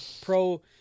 pro